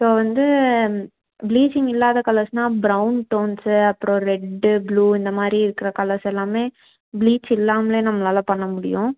so வந்து bleaching இல்லாத கலர்ஸ்னா ப்ரௌன் டோன்ஸு அப்புறம் ரெட்டு ப்ளூ இந்த மாதிரி இருக்கிற கலர்ஸ் எல்லாமே ப்ளீச் இல்லாமலே நம்மளால் பண்ண முடியும்